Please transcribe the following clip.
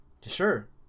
Sure